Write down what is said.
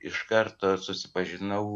iš karto susipažinau